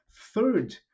Third